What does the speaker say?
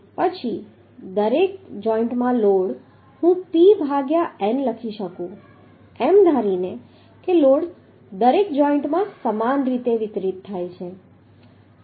પછી દરેક જોઈન્ટમાં લોડ હું P ભાગ્યા n લખી શકું એમ ધારીને કે લોડ દરેક જોઈન્ટમાં સમાન રીતે વિતરિત થાય છે